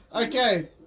okay